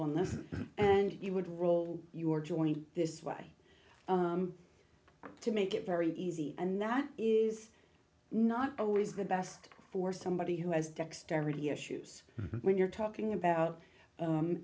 on this and you would roll your joint this way to make it very easy and that is not always the best for somebody who has dexterity issues when you're talking about